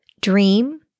Dream